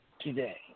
today